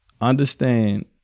understand